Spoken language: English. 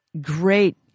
great